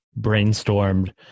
brainstormed